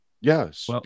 Yes